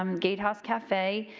um gatehouse cafe.